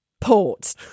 Port